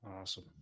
Awesome